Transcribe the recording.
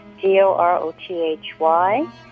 D-O-R-O-T-H-Y